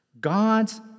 God's